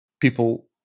people